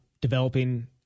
developing